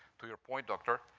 to your point doctor,